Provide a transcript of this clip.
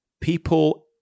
people